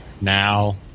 now